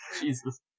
Jesus